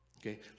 Okay